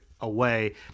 away